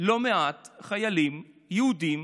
לא מעט חיילים יהודים